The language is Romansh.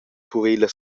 purila